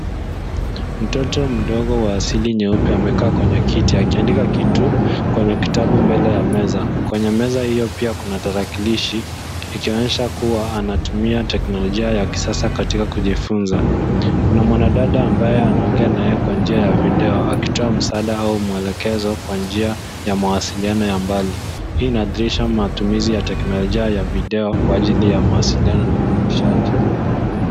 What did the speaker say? Mtoto mdogo wa asili nyeupe amekaa kwenye kiti akiandika kitu kwenye kitabu mbele ya meza. Kwenye meza iyo pia kuna tatakilishi, ikionyesha kuwa anatumia teknolojia ya kisasa katika kujifunza. Kuna mwanadada ambaye anaongea na yeye kwa njia ya video, akitoa msaada au malekezo kwa njia ya mawasiliano ya mbali. Hii inadhihirisha matumizi ya teknolojia ya video kwa ajili ya mawasiliano na ufundishaji.